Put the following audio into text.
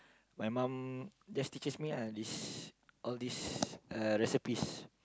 my mum just teaches me ah this all these uh recipes